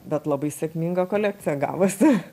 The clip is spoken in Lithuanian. bet labai sėkminga kolekcija gavosi